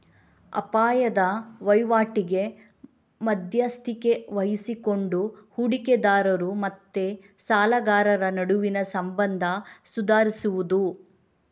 ಅಪಾಯದ ವೈವಾಟಿಗೆ ಮಧ್ಯಸ್ಥಿಕೆ ವಹಿಸಿಕೊಂಡು ಹೂಡಿಕೆದಾರರು ಮತ್ತೆ ಸಾಲಗಾರರ ನಡುವಿನ ಸಂಬಂಧ ಸುಧಾರಿಸುದು